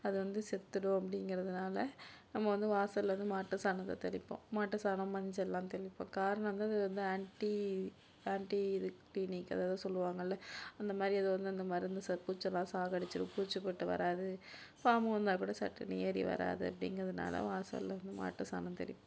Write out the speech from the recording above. அது வந்து செத்துவிடும் அப்படிங்கிறதுனால நம்ம வந்து வாசலில் வந்து மாட்டு சாணத்தை தெளிப்போம் மாட்டு சாணம் மஞ்சள்ல்லாம் தெளிப்போம் காரணம் வந்து அது வந்து ஆன்டி ஆன்டி இது கிளீனிக் அதாவது சொல்லுவாங்கள்லே அந்த மாதிரி ஏதோ வந்து அந்த மருந்து பூச்சில்லாம் சாக அடிச்சிடும் பூச்சிபொட்டு வராது பாம்பு வந்தால் கூட சட்டென்னு ஏறி வராது அப்படிங்கிறதுனால வாசலில் வந்து மாட்டு சாணம் தெளிப்போம்